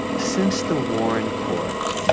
since the warren court,